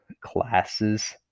classes